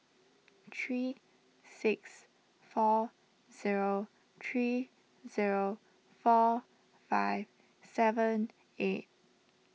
three six four zero three zero four five seven eight